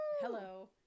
Hello